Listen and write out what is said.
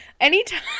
anytime